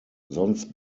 sonst